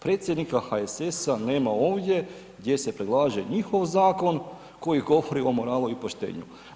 Predsjednika HSS-a nema ovdje gdje se predlaže njihov zakon koji govori o moralu i poštenju.